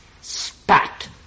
spat